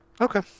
Okay